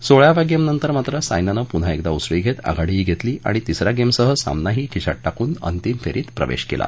सोळाव्या गेम नंतर मात्र सायनानं पुन्हा एकदा उसळी घेत आघाडीही घेतली आणि तिसऱ्या गेम सह सामनाही खिशात टाकून अंतिम फेरीत प्रवेश केला